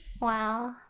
Wow